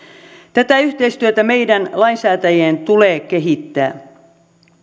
tätä yhteistyötä meidän lainsäätäjien tulee kehittää